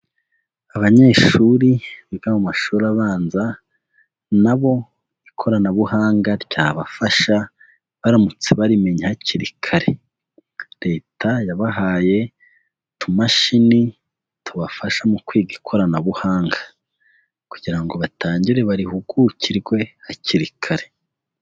Abanyeshuri biga mu mashuri abanza, nabo ikoranabuhanga ryabafasha baramutse barimenye hakiri kare, Leta yabahaye utumashini tubafasha mu kwiga ikoranabuhanga, kugira ngo batangire barihugukirwe hakiri kare.